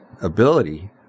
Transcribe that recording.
ability